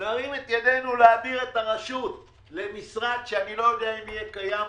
נרים את ידינו להעביר את הרשות למשרד שאיני יודע אם יהיה קיים,